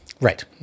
right